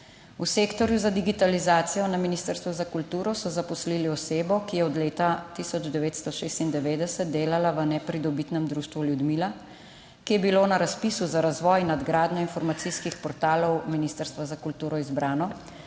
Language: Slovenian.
v sektorju za digitalizacijo na Ministrstvu za kulturo so zaposlili osebo, ki je od leta 1996 delala v nepridobitnem društvu Ljudmila, ki je bilo na razpisu za razvoj in nadgradnjo informacijskih portalov ministrstva za kulturo izbrano